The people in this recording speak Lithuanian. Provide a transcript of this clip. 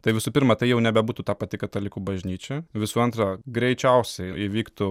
tai visų pirma tai jau nebebūtų ta pati katalikų bažnyčia visų antra greičiausiai įvyktų